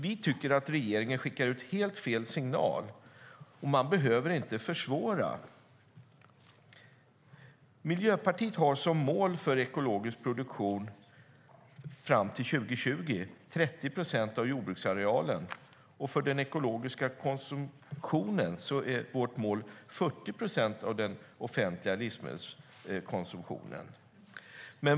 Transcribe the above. Vi tycker att regeringen skickar ut helt fel signal. Man behöver inte försvåra. Miljöpartiet har som mål att ekologisk produktion ska vara 30 procent av jordbruksarealen fram till 2020, och för den ekologiska konsumtionen är vårt mål 40 procent av den offentliga livsmedelskonsumtionen.